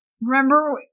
remember